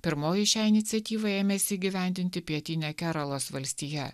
pirmoji šią iniciatyvą ėmėsi įgyvendinti pietinė keralos valstija